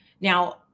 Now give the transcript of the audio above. Now